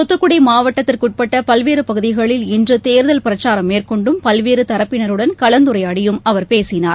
தூத்துக்குடி மாவட்டத்திற்குட்பட்ட பல்வேறு பகுதிகளில் இன்று தேர்தல் பிரச்சாரம் மேற்கொண்டும் பல்வேறு தரப்பினருடன் கலந்தரையாடியும் அவர் பேசினார்